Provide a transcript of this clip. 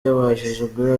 yabajijwe